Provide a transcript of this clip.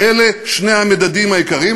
אלה שני המדדים העיקריים.